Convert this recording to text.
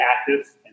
active